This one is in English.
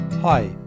Hi